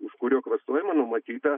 už kurio klastojimą numatyta